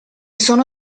sono